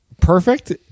perfect